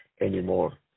anymore